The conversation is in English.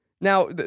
Now